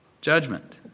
judgment